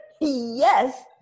Yes